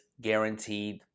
guaranteed